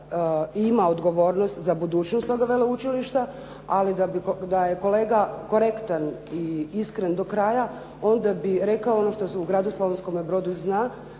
i ima odgovornost za budućnost toga veleučilišta ali da je kolega korektan i iskren do kraja onda bi rekao ono što se u Gradu Slavonskome Brodu zna